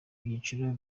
byiciro